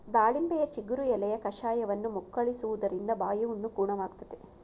ದಾಳಿಂಬೆಯ ಚಿಗುರು ಎಲೆಯ ಕಷಾಯವನ್ನು ಮುಕ್ಕಳಿಸುವುದ್ರಿಂದ ಬಾಯಿಹುಣ್ಣು ಗುಣವಾಗ್ತದೆ